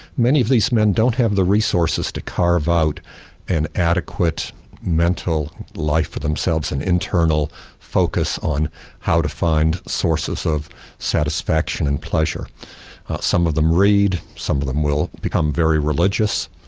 many of these men don't have the resources to carve out an adequate mental life for themselves, an internal focus on how to find sources of satisfaction and pleasure. now some of them read, some of them will become very religious,